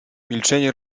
milczenie